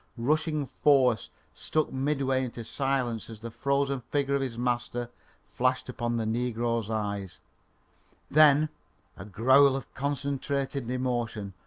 rushing force struck midway into silence as the frozen figure of his master flashed upon the negro's eyes then a growl of concentrated emotion,